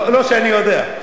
לא שאני יודע.